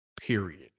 Period